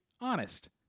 Honest